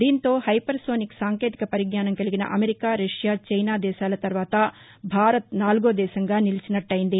దీంతో hypersonic సాంకేతిక పరిజ్ఞానం కలిగిన అమెరికా రష్యా చైనా దేశాల తర్వాత భారత్ నాలుగో దేశంగా నిలిచి నట్టయింది